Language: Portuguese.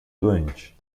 doente